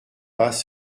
pas